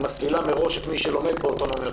היא מסלילה מראש את מי שלומד באוטונומיות